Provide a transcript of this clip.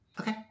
Okay